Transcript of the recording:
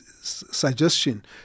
suggestion